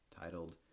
titled